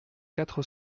quatre